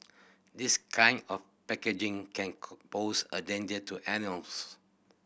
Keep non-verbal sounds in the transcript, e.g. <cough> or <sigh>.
this kind of packaging can <unintelligible> pose a danger to animals